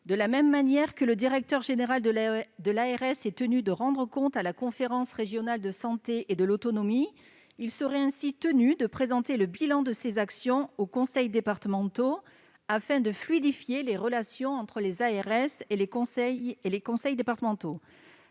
De la même manière que le directeur général de l'ARS est tenu de rendre compte à la conférence régionale de la santé et de l'autonomie, il serait ainsi tenu de présenter le bilan de ses actions aux conseils départementaux, afin de fluidifier les relations entre les ARS et les conseils départementaux.